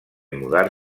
mudar